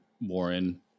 warren